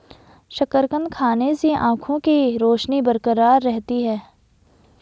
शकरकंद खाने से आंखों के रोशनी बरकरार रहती है